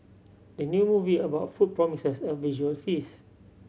the new movie about food promises a visual feast